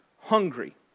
hungry